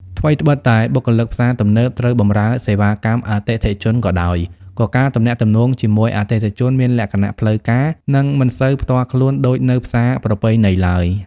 ថ្វីត្បិតតែបុគ្គលិកផ្សារទំនើបត្រូវបម្រើសេវាកម្មអតិថិជនក៏ដោយ ក៏ការទំនាក់ទំនងជាមួយអតិថិជនមានលក្ខណៈផ្លូវការ និងមិនសូវផ្ទាល់ខ្លួនដូចនៅផ្សារប្រពៃណីឡើយ។